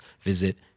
visit